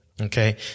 Okay